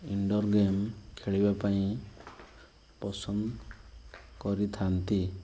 indoor game ଖେଳିବା ପାଇଁ ପସନ୍ଦ କରିଥାନ୍ତି